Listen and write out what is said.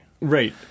right